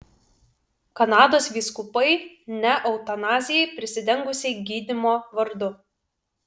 kanados vyskupai ne eutanazijai prisidengusiai gydymo vardu